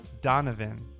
Donovan